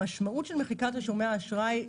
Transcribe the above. המשמעות של מחיקת רישומי האשראי,